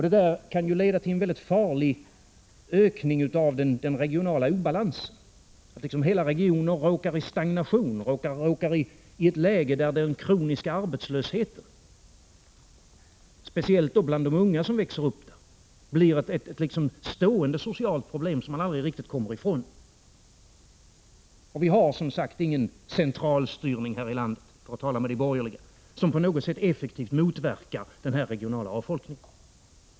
Det kan leda till en farlig ökning av den regionala obalansen — hela regioner råkar i stagnation och hamnar i ett läge där den kroniska arbetslösheten, speciellt bland de unga som växer upp där, blir ett stående socialt problem som man aldrig riktigt kommer ifrån. Vi har — för att tala med de borgerliga — ingen centralstyrning här i landet som effektivt motverkar denna regionala avfolkning.